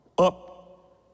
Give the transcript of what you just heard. Up